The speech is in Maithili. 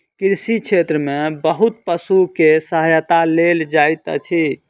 कृषि क्षेत्र में बहुत पशु के सहायता लेल जाइत अछि